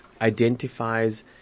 identifies